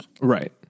Right